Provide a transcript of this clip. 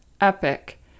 epic